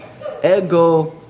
Ego